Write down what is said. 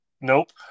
Nope